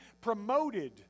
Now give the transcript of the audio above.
promoted